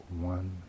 one